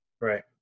right